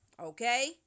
Okay